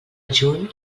juny